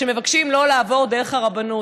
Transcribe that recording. שמבקשים לא לעבור דרך הרבנות.